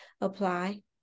apply